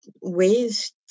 ways